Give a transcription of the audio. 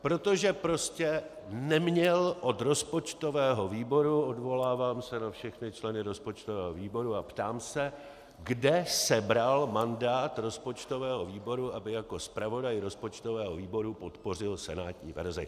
Protože prostě neměl od rozpočtového výboru odvolám se na všechny členy rozpočtového výboru a ptám se, kde sebral mandát rozpočtového výboru, aby jako zpravodaj rozpočtového výboru podpořil senátní verzi.